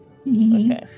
Okay